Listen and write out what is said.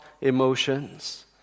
emotions